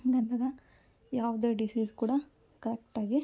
ಹಾಗಂದಾಗ ಯಾವುದೇ ಡಿಸೀಸ್ ಕೂಡ ಕರಕ್ಟಾಗಿ